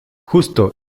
justo